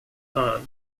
hun